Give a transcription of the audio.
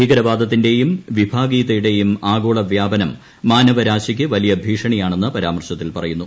ഭീകരവാദത്തിന്റെയും വിഭാഗീയതയുടെയും ആഗോള വ്യാപനം മാനവരാശിയ്ക്ക് വലിയ ഭീഷണിയാണെന്ന് പരാമർശത്തിൽ പറയുന്നു